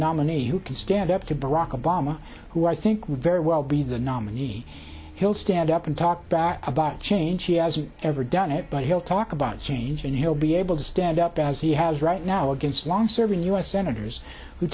nominee who can stand up to barack obama who i think would very well be the nominee he'll stand up and talk back about change he hasn't ever done it but he'll talk about change and he'll be able to stand up as he has right now against long serving u s senators w